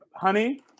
honey